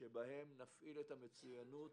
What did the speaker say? שבהם נפעיל את המצוינות